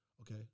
okay